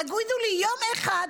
תגידו לי יום אחד,